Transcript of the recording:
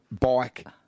bike